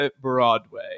Broadway